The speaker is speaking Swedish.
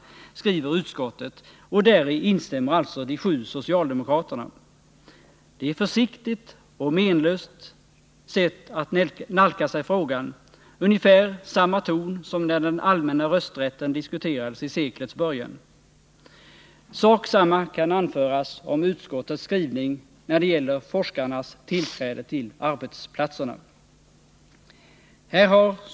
Däri instämmer alltså de sju socialdemokraterna. Det är ett försiktigt och menlöst sätt att nalkas frågan. Man har ungefär samma ton som man hade när den allmänna rösträtten diskuterades i seklets början. Samma sak kan anföras om utskottets skrivning när det gäller forskarnas tillträde till arbetsplatserna.